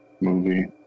movie